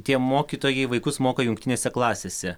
tie mokytojai vaikus moko jungtinėse klasėse